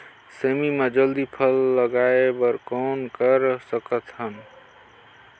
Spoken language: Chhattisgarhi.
सेमी म जल्दी फल लगाय बर कौन कर सकत हन?